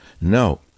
No